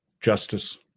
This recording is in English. justice